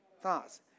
Thoughts